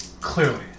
Clearly